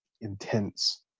intense